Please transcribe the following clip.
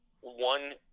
One